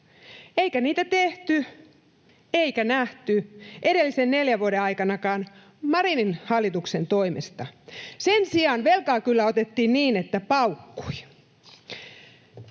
Eikä niitä tehty eikä nähty edellisen neljänkään vuoden aikana Marinin hallituksen toimesta. Sen sijaan velkaa kyllä otettiin niin, että paukkui.